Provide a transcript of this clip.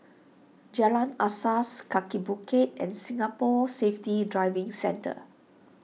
Jalan Asas Kaki Bukit and Singapore Safety Driving Centre